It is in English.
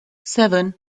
seven